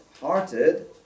hearted